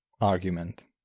Argument